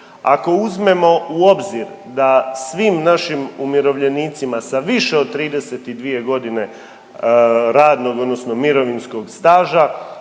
ako uzmemo u obzir da svim našim umirovljenicima sa više od 32 godine radnog odnosno mirovinskog staža